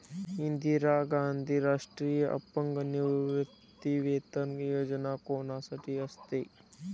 इंदिरा गांधी राष्ट्रीय अपंग निवृत्तीवेतन योजना कोणासाठी असते?